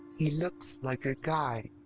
he looks like a guide.